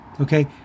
Okay